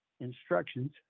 instructions